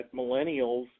millennials